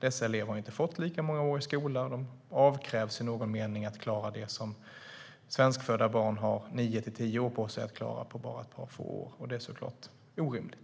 De har inte gått så många år i skolan, och sedan avkrävs de att bara på några få år klara det som svenskfödda barn har nio tio år på sig att klara. Det är såklart orimligt.